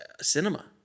cinema